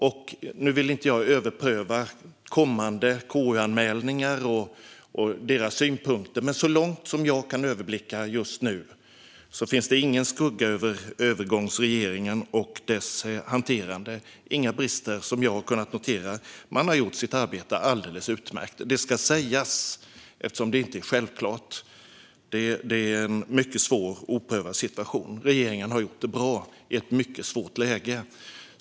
Jag vill inte överpröva kommande KU-anmälningar och synpunkter i dem, men så långt jag kan överblicka just nu faller ingen skugga över övergångsregeringen och dess hantering. Jag har inte kunnat notera några brister. Man har gjort sitt arbete alldeles utmärkt. Detta ska sägas eftersom det inte är självklart. Det är en mycket svår, oprövad situation - regeringen har gjort det bra i ett mycket svårt läge.